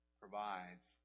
provides